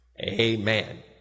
Amen